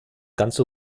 ganze